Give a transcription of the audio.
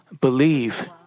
believe